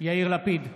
יאיר לפיד,